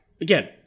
Again